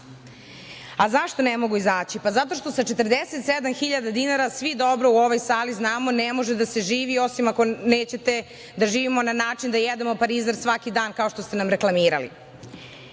Zašto ne mogu izaći? Pa, zato što sa 47.000 dinara svi dobro u ovoj sali znamo ne može da se živi osim ako nećete da živimo na način da jedemo parizer svaki dan kao što ste nam reklamirali. Ekonomski